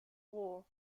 war